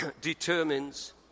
determines